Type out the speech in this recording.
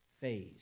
phase